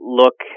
look